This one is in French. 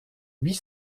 huit